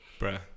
bruh